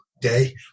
day